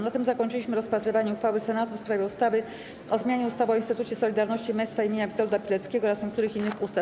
Na tym zakończyliśmy rozpatrywanie uchwały Senatu w sprawie ustawy o zmianie ustawy o Instytucie Solidarności i Męstwa imienia Witolda Pileckiego oraz niektórych innych ustaw.